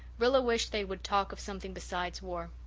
rilla wished they would talk of something besides war.